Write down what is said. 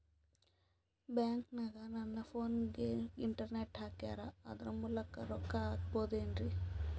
ಬ್ಯಾಂಕನಗ ನನ್ನ ಫೋನಗೆ ಇಂಟರ್ನೆಟ್ ಹಾಕ್ಯಾರ ಅದರ ಮೂಲಕ ರೊಕ್ಕ ಹಾಕಬಹುದೇನ್ರಿ?